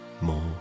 more